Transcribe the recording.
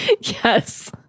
Yes